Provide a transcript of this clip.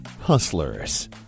Hustlers